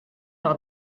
par